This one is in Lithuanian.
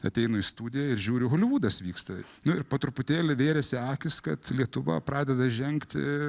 ateinu į studiją ir žiūriu holivudas vyksta nu ir po truputėlį vėrėsi akys kad lietuva pradeda žengti